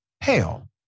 Hell